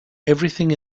everything